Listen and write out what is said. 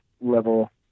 level